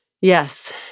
Yes